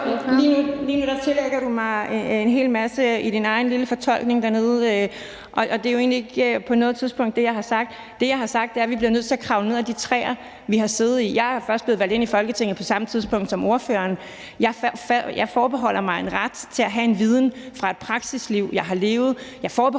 der tillægger spørgeren mig en hel masse i spørgerens egen lille fortolkning. Det er jo egentlig ikke det, jeg på noget tidspunkt har sagt. Det, jeg har sagt, er, at vi bliver nødt til at kravle ned af de træer, vi har siddet i. Jeg blev først valgt ind i Folketinget på samme tidspunkt som ordføreren. Jeg forbeholder mig en ret til at have en viden fra et praktisk live, jeg har levet. Jeg forbeholder